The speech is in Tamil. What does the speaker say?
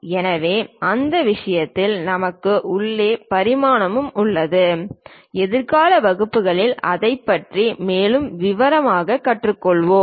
எனவே அந்த விஷயத்தில் நமக்கு உள்ளே பரிமாணமும் உள்ளது எதிர்கால வகுப்புகளில் அதைப் பற்றி மேலும் விவரங்களைக் கற்றுக்கொள்வோம்